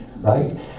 right